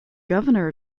governor